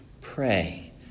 pray